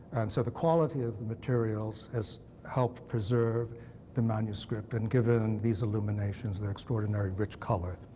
and so the quality of the materials has helped preserve the manuscript and given these illuminations their extraordinary rich color.